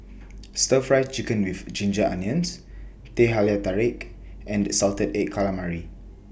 Stir Fry Chicken with Ginger Onions Teh Halia Tarik and Salted Egg Calamari